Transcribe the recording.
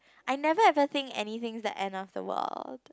I never ever think anything's the end of the world